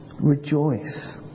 rejoice